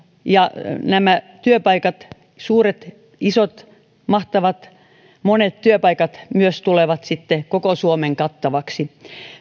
ja nämä työpaikat monet suuret isot mahtavat työpaikat tulevat sitten myös koko suomen kattaviksi